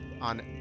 on